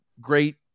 great